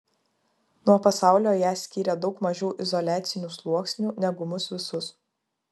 nuo pasaulio ją skyrė daug mažiau izoliacinių sluoksnių negu mus visus